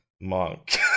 monk